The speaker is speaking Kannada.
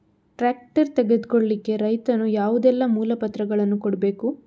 ಟ್ರ್ಯಾಕ್ಟರ್ ತೆಗೊಳ್ಳಿಕೆ ರೈತನು ಯಾವುದೆಲ್ಲ ಮೂಲಪತ್ರಗಳನ್ನು ಕೊಡ್ಬೇಕು?